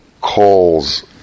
calls